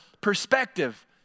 perspective